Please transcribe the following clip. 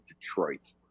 Detroit